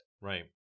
Right